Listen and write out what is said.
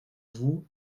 vous